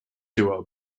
duo